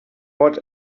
what